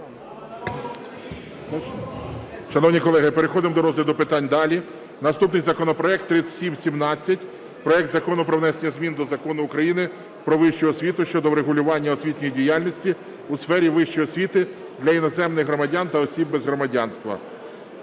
Шановні колеги, переходимо до розгляду питань далі. Наступний законопроект 3717, проект Закону про внесення змін до Закону України "Про вищу освіту" щодо врегулювання освітньої діяльності у сфері вищої освіти для іноземних громадян та осіб без громадянства.